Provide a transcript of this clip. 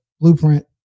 blueprint